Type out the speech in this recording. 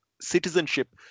citizenship